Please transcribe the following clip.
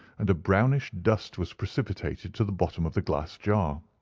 and a brownish dust was precipitated to the bottom of the glass jar.